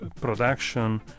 production